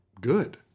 good